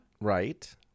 Right